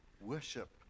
worship